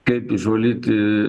kaip išvalyti